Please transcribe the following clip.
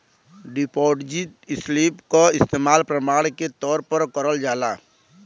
deposit slip क इस्तेमाल प्रमाण के तौर पर करल जाला